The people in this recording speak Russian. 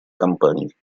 компаний